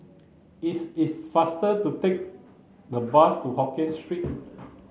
is is faster to take the bus to Hokkien Street